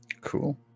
Cool